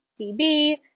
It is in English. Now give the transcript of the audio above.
db